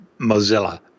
Mozilla